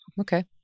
Okay